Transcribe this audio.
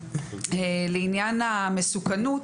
לעניין המסוכנות,